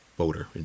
Voter